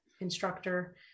Instructor